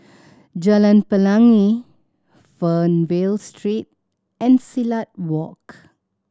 Jalan Pelangi Fernvale Street and Silat Walk